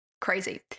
crazy